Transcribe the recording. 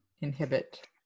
inhibit